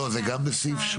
לא, אני שואל: זה גם בסעיף 8?